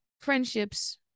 friendships